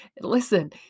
Listen